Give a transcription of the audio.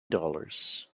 dollars